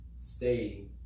stay